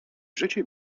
życie